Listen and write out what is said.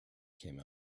came